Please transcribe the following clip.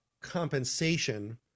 compensation